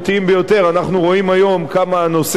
אנחנו רואים היום כמה הנושא של האבטלה